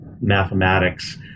mathematics